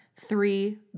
three